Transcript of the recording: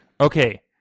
okay